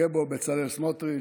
יהיה בו בצלאל סמוטריץ',